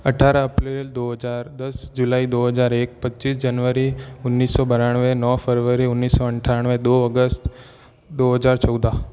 अट्ठारह अप्रैल दो हजार दस जुलाई दो हजार एक पच्चीस जनवरी उन्नीस सौ बानवे नौ फ़रवरी उन्नीस सौ अट्ठानवे दो अगस्त दो हजार चौदह